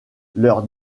leurs